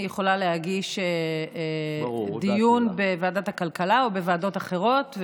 היא יכולה להגיש הצעה לדיון בוועדת הכלכלה או בוועדות אחרות,